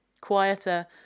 quieter